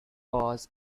was